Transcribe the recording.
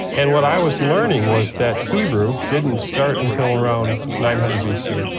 and what i was learning was that hebrew didn't start until around nine hundred bc.